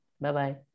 Bye-bye